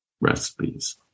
recipes